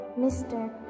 Mr